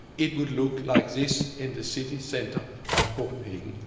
it would look like this in the city center of copenhagen.